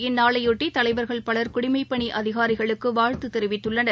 இந்நாளைபொட்டி தலைவர்கள் பலர் குடிமைப்பணி அதிகாரிகளுக்கு வாழ்த்து தெரிவித்துள்ளனர்